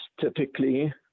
Typically